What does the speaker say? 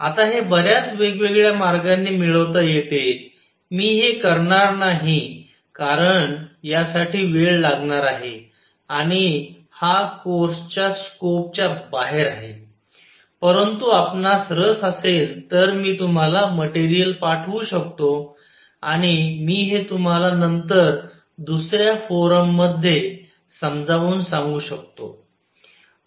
आता हे बर्याच वेगवेगळ्या मार्गांनी मिळवता येते मी हे करणार नाही कारण यासाठी वेळ लागणार आहे आणि हा कोर्सच्या स्कोप च्या बाहेर आहे परंतु आपणास रस असेल तर मी तुम्हाला मटेरियल पाठवू शकतो आणि मी हे तुम्हाला नंतर दुसऱ्या फोरममध्ये समजावून सांगू शकतो